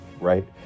right